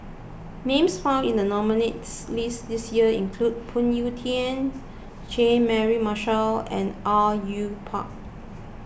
names found in the nominees' list this year include Phoon Yew Tien Jean Mary Marshall and Au Yue Pak